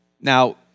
Now